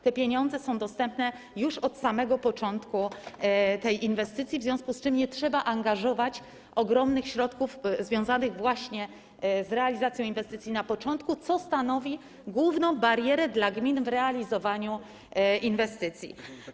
Te pieniądze są dostępne już od samego początku tej inwestycji, w związku z czym nie trzeba angażować ogromnych środków związanych właśnie z realizacją inwestycji na początku, co stanowi główną barierę dla gmin w realizowaniu inwestycji.